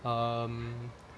um